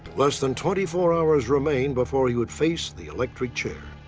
less than twenty four hours remained before he would face the electric chair.